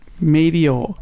Meteor